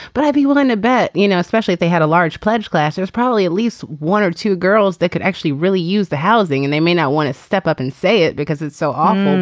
but i'd be willing to bet you know especially if they had a large pledge class there's probably at least one or two girls that could actually really use the housing and they may not want to step up and say it because it's so um